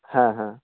হ্যাঁ হ্যাঁ